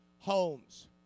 homes